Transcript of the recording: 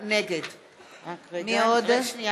(קוראת בשם חבר הכנסת)